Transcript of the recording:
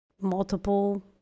multiple